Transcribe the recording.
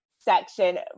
section